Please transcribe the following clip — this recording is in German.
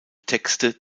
texte